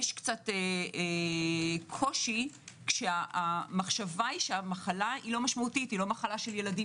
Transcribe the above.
יש קושי כשהמחשבה היא שהמחלה היא לא מחלה של ילדים.